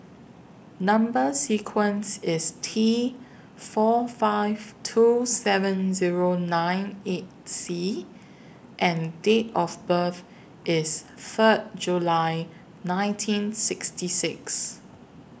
Number sequence IS T four five two seven Zero nine eight C and Date of birth IS Third July nineteen sixty six